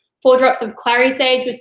four drops of clary sage,